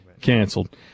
canceled